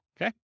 Okay